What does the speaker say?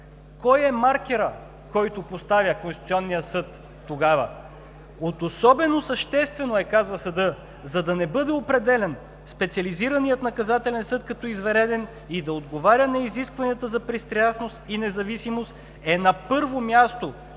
Кой е маркерът, който поставя Конституционния съд тогава? От особено съществено е, казва съда, за да не бъде определян Специализираният наказателен съд като извънреден и да отговаря на изискванията за пристрастност и независимост, на първо място